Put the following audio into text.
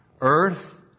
Earth